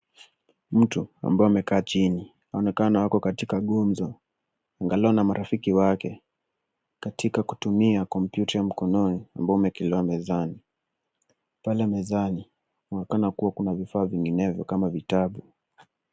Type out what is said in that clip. Mtu ambaye amekaa chini, anaonekana ako katika gumzo angalau na marafiki wake katika kutumia kompyuta ya mkononi ambayo imewekelewa mezani. Pale mezani, kunaonekana kuwa na vifaa vinginevyo kama vitabu.